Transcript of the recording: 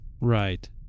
right